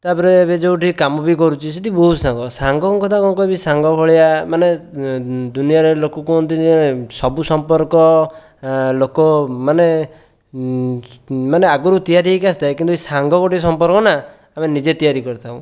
ତା'ପରେ ଏବେ ଯେଉଁଠି କାମ ବି କରୁଛି ସେଇଠି ବହୁତ ସାଙ୍ଗ ସାଙ୍ଗଙ୍କ କଥା କ'ଣ କହିବି ସାଙ୍ଗ ଭଳିଆ ମାନେ ଦୁନିଆରେ ଲୋକ କୁହନ୍ତିନି ନାଇଁ ସବୁ ସମ୍ପର୍କ ଲୋକ ମାନେ ମାନେ ଆଗରୁ ତିଆରି ହୋଇକି ଆସିଥାଏ କିନ୍ତୁ ସାଙ୍ଗ ଗୋଟିଏ ସମ୍ପର୍କ ନା ଆମେ ନିଜେ ତିଆରି କରିଥାଉ